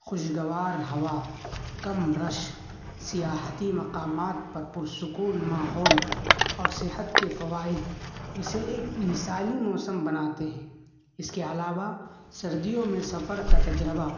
خوشگوار ہوا کم رش سیاحتی مقامات پر پرسکون ماحول اور صحت کے فوائد اسے ایک مثالی موسم بناتے ہیں اس کے علاوہ سردیوں میں سفر کا تجربہ